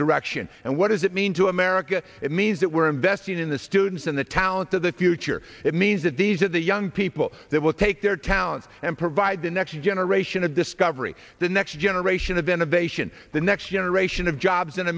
direction and what does it mean to america it means that we're investing in the students in the talent of the future it means that these are the young people that will take their talents and provide the next generation of discovery the next generation of innovation the next generation of jobs in